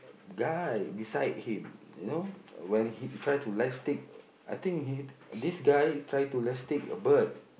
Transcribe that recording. guy beside him you know when he try to elastic I think he this guy try to elastic a bird